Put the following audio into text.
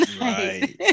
Right